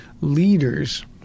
leaders